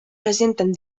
presenten